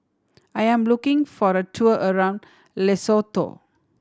I am looking for a tour around Lesotho